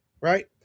right